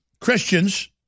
Christians